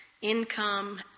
income